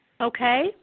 okay